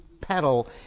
pedal